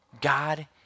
God